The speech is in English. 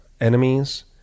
enemies